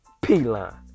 P-Line